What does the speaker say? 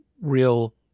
real